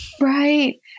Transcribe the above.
Right